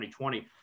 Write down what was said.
2020